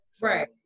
Right